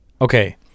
okay